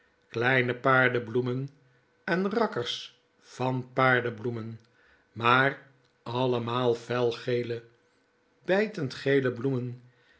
kleine paardebloemen en rakkers van paardebloemen maar allemaal felgele bijtendgele bloemen